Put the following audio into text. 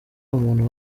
umuntu